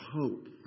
hope